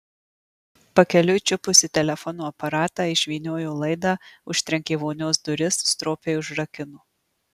pakeliui čiupusi telefono aparatą išvyniojo laidą užtrenkė vonios duris stropiai užrakino